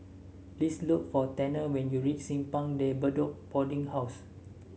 please look for Tanner when you reach Simpang De Bedok Boarding House